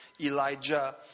Elijah